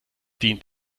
dient